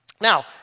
Now